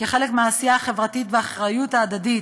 כחלק מהעשייה החברתית והאחריות ההדדית,